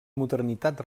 modernitat